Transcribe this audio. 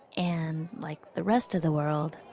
and like the rest of the world,